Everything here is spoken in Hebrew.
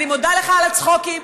אני מודה לך על הצחוקים.